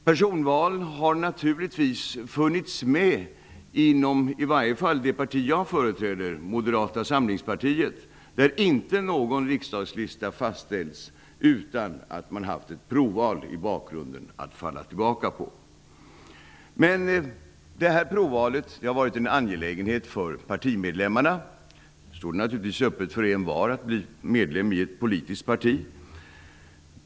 Personval har naturligtvis funnits inom i varje fall det parti jag företräder, Moderata samlingspartiet. Inte någon riksdagslista har fastställts utan att det har funnits ett provval i bakgrunden att falla tillbaka på. Men provvalet har varit en angelägenhet för partimedlemmarna. Det står naturligtvis öppet för envar att bli medlem i ett politiskt parti.